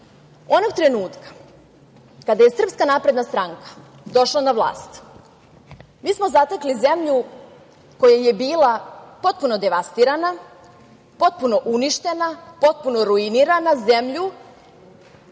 trenutka kada je Srpska napredna stranka došla na vlast mi smo zatekli zemlju koja je bila potpuno devastirana, potpuno uništena, potpuno ruinirana, zemlju